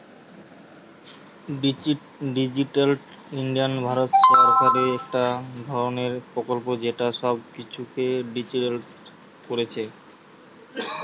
digital India Bharat সরকারের একটা ধরণের প্রকল্প যেটা সব কিছুকে ডিজিটালিসড কোরছে